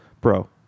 Bro